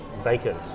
vacant